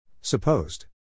Supposed